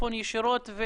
החוק שחוקק ב-2016,